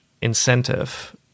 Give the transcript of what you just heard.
incentive